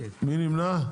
מי נמנע?